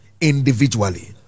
individually